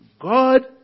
God